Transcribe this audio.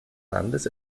landes